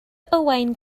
owain